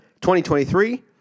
2023